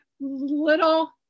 little